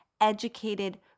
educated